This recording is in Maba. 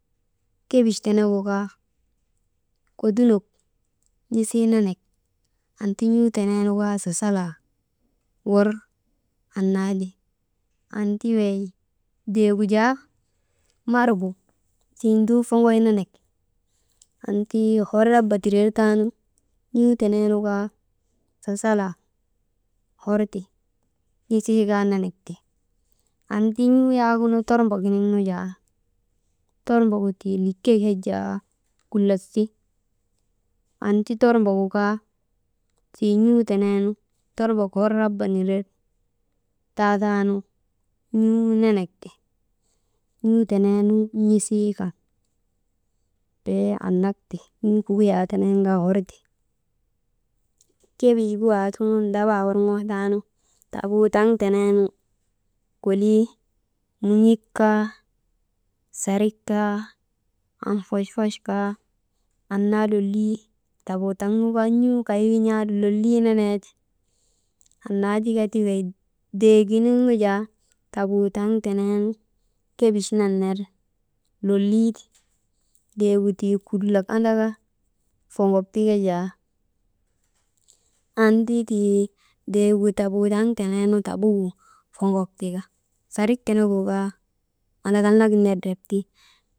Kebich tenegu kaa kodunok n̰isii nenek, anti n̰uu teneenu kaa sasalaa wor annaa ti. Anti wey deegu jaa mar gu tii nduu foŋoy nenek antii hor raba tirer taanu n̰uu teneenu kaa sasalaa, hor ti n̰isii kaa nenek ti, anti n̰uu yaagunu tormbok giniŋ nu jaa tormbok gu tii likek yak jaa kulak ti, anti tormbk gu kaa tii n̰uu teneenu tormbok hor raba nirer taataanu n̰uu nenek ti n̰uu teneenu n̰isii kan, bee annak ti, n̰uu kukuyaa tenen kaa hor ti, kebich gu aasuŋun dabaa worŋootaanu tabuutaŋ teneenu kolii mun̰ik kaa, sarik kaa, onfochfoch kaa, annaa lolii tabuutaŋ nu kaa n̰uu kay wun̰aa lolii nenee ti, annaa tika ti wey dee giniŋ nu jaa, tabuutaŋ teneenu kebich nan ner lolii ti deegu tii kulak andaka foŋok ti ka jaa annti tii deegu tabuutaŋ teneenu tabugu foŋok tika sarik tenegu kaa mandakal nagin ner ndrep ti.